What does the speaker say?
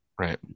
right